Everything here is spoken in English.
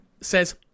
says